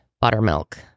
Buttermilk